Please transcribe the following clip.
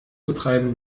betreiben